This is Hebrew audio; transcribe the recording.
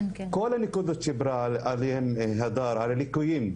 כל הנקודות שעליהן דיברה הדר מבחינת הליקויים,